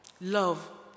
Love